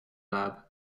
lab